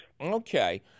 Okay